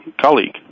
colleague